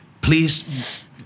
Please